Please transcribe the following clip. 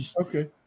Okay